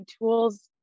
tools